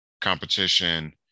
competition